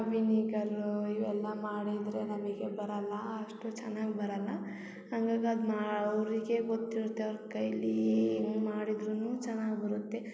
ವಿನಿಗಾರು ಇವೆಲ್ಲ ಮಾಡಿದ್ದರೆ ನಮಗೆ ಬರಲ್ಲ ಅಷ್ಟು ಚೆನ್ನಾಗಿ ಬರಲ್ಲ ಹಂಗಾಗಿ ಅದು ಮಾ ಅವರಿಗೆ ಗೊತ್ತಿರುತ್ತೆ ಅವ್ರ ಕೈಲ್ಲಿಹೆಂಗ್ ಮಾಡಿದ್ದರೂನು ಚೆನ್ನಾಗಿ ಬರುತ್ತೆ